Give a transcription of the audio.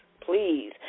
please